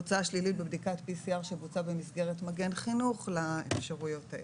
תוצאה שלילית בבדיקת PCR שבוצעה במסגרת מגן חינוך לאפשרויות האלה.